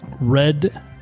Red